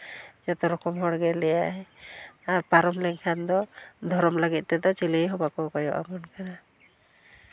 ᱡᱚᱛᱚ ᱨᱚᱠᱚᱢ ᱦᱚᱲ ᱜᱮᱭ ᱞᱟᱹᱭᱟ ᱟᱨ ᱯᱟᱨᱚᱢ ᱞᱮᱱᱠᱷᱟᱱ ᱫᱚ ᱫᱷᱚᱨᱚᱢ ᱞᱟᱹᱜᱤᱫ ᱛᱮᱫᱚ ᱪᱤᱞᱤ ᱦᱚᱸ ᱵᱟᱝ ᱠᱚ ᱠᱚᱭᱚᱜ ᱟᱵᱚᱱ ᱠᱟᱱᱟ